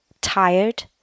Tired